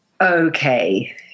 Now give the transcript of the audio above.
Okay